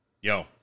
Yo